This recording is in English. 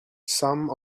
some